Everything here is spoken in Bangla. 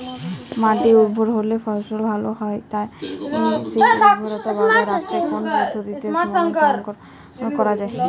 মাটি উর্বর হলে ফলন ভালো হয় তাই সেই উর্বরতা বজায় রাখতে কোন পদ্ধতি অনুসরণ করা যায়?